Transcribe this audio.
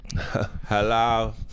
Hello